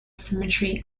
symmetry